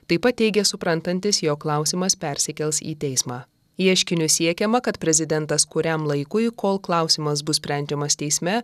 taip pat teigė suprantantis jog klausimas persikels į teismą ieškiniu siekiama kad prezidentas kuriam laikui kol klausimas bus sprendžiamas teisme